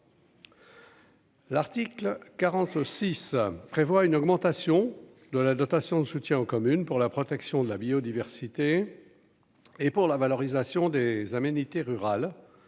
L'article 46 prévoit une augmentation de la dotation de soutien aux communes pour la protection de la biodiversité et pour la valorisation des aménité rural